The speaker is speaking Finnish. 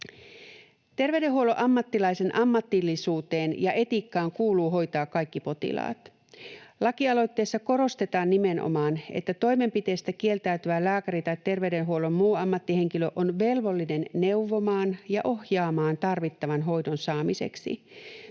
Terveydenhuollon ammattilaisen ammatillisuuteen ja etiikkaan kuuluu hoitaa kaikki potilaat. Lakialoitteessa korostetaan nimenomaan, että toimenpiteestä kieltäytyvä lääkäri tai terveydenhuollon muu ammattihenkilö on velvollinen neuvomaan ja ohjaamaan tarvittavan hoidon saamiseksi.